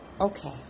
okay